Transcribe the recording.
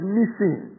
missing